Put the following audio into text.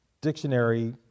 dictionary